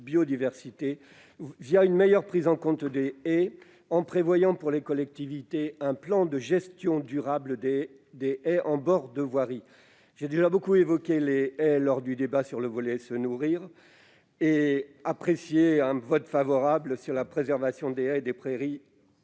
une meilleure prise en compte des haies, en prévoyant pour les collectivités un plan de gestion durable des haies en bord de voirie. J'ai déjà largement évoqué les haies lors du débat sur le volet « Se nourrir », et j'ai apprécié d'avoir obtenu un vote favorable sur la préservation des haies et des prairies